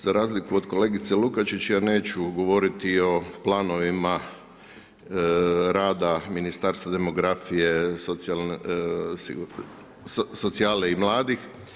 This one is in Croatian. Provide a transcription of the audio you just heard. Za razliku od kolegice Lukačić, ja neću govoriti o planovima rada Ministarstva demografije, socijale i mladih.